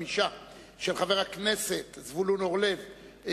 35 של חבר הכנסת זבולון אורלב,